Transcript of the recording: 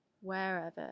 wherever